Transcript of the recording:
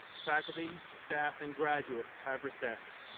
faculty, staff and graduates have recessed.